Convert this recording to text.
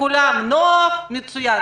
לכולם נוח, מצוין.